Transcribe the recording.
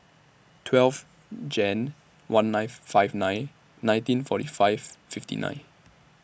twelve Jan one ninth five nine nineteen forty five fifty nine